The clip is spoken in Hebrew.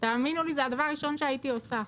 תאמינו לי, זה הדבר הראשון שהייתי עושה.